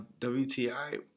WTI